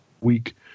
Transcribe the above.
week